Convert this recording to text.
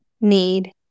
need